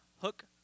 hook